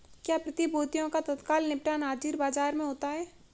क्या प्रतिभूतियों का तत्काल निपटान हाज़िर बाजार में होता है?